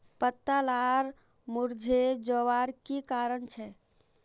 पत्ता लार मुरझे जवार की कारण छे?